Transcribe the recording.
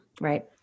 Right